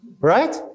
Right